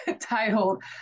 titled